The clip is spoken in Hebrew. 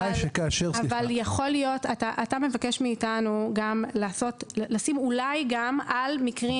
אתה מבקש מאתנו לשים אולי גם על מקרים